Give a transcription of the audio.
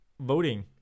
voting